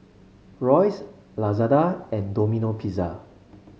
Royce Lazada and Domino Pizza